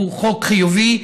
והוא חוק חיובי.